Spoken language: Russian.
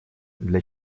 для